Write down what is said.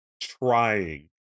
trying